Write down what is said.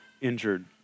injured